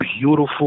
beautiful